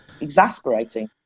Exasperating